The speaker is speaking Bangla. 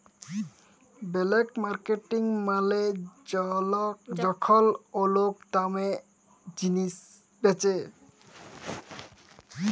ব্ল্যাক মার্কেটিং মালে যখল ওলেক দামে জিলিস বেঁচে